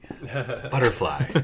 Butterfly